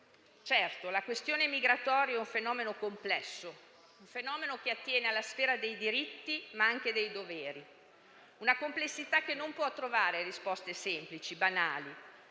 la questione migratoria è un fenomeno complesso, un fenomeno che attiene alla sfera dei diritti ma anche dei doveri; una complessità che non può trovare risposte semplici, banali.